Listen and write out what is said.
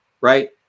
Right